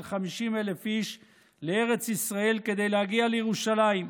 50,000 איש לארץ ישראל כדי להגיע לירושלים.